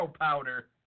powder